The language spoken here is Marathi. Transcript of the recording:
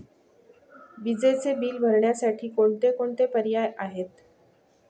विजेचे बिल भरण्यासाठी कोणकोणते पर्याय आहेत?